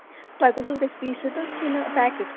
تۄہہِ کُس حظ گَژھِ حظ پیٖسِتھ حظ کِنہٕ پٮ۪کِٹ